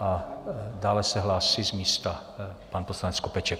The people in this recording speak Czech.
a dále se hlásí z místa pan poslanec Skopeček.